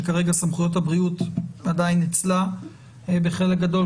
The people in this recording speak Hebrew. שכרגע סמכויות הבריאות עדיין אצלה בחלק גדול,